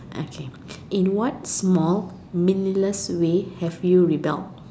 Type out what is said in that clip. okay in what small meaningless way have you rebelled